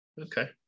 Okay